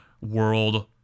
world